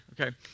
okay